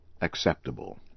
acceptable